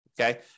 Okay